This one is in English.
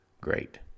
great